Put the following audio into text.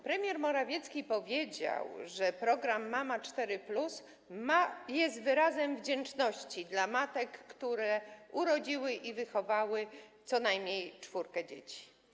Premier Morawiecki powiedział, że program „Mama 4+” jest wyrazem wdzięczności dla matek, które urodziły i wychowały co najmniej czwórkę dzieci.